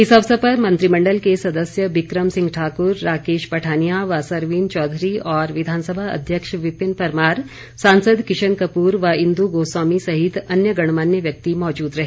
इस अवसर पर मंत्रिमंडल के सदस्य विक्रम सिंह ठाकुर राकेश पठानिया व सरवीण चौधरी और विधानसभा अध्यक्ष विपिन परमार सांसद किशन कपूर व इंदु गौस्वामी सहित अन्य गणमान्य व्यक्ति मौजूद रहे